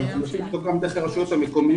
אנחנו מנסים למצוא גם דרך הרשויות המקומיות.